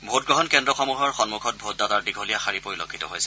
ভোটগ্ৰহণ কেন্দ্ৰসমূহৰ সন্মুখন ভোটদাতাৰ দীঘলীয়া শাৰী পৰিলক্ষিত হৈছে